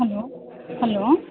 hello hello